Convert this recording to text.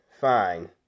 fine